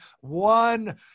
one